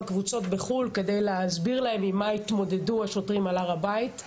קבוצות בחו"ל כדי להסביר להם עם מה התמודדו השוטרים על הר הבית.